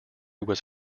was